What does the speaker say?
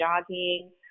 jogging